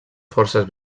forces